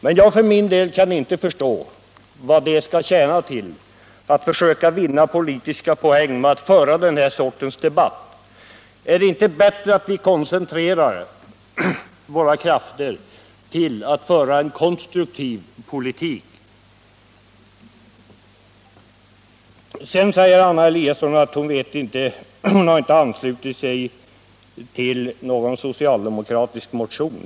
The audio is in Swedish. Men jag för min del kan inte förstå vad det skall tjäna till att försöka vinna politiska poäng genom att föra den här sortens debatt. Är det inte bättre att vi koncentrerar våra krafter på att föra en konstruktiv politik? Sedan säger Anna Eliasson att hon inte har anslutit sig till någon socialdemokratisk motion.